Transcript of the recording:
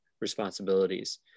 responsibilities